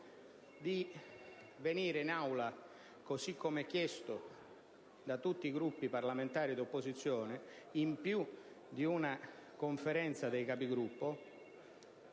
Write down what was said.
di venire in Aula, così come chiesto da tutti i Gruppi parlamentari di opposizione in più di una Conferenza dei Capigruppo,